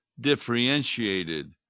differentiated